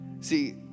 See